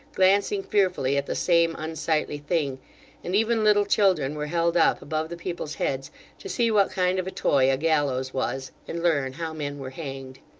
glancing fearfully at the same unsightly thing and even little children were held up above the people's heads to see what kind of a toy a gallows was, and learn how men were hanged.